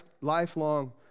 lifelong